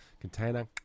container